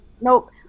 Nope